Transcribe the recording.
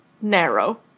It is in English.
narrow